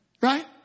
Right